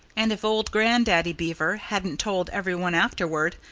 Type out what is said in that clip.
and if old grandaddy beaver hadn't told everyone afterward,